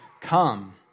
come